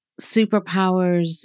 superpowers